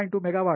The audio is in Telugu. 2 మెగావాట్స్